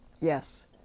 Yes